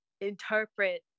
Interpret